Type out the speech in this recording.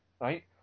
right